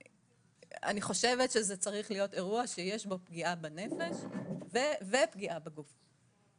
לכן אני חושבת שזה צריך להיות אירוע שיש בו פגיעה בנפש וגם פגיעה בגוף.